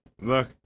Look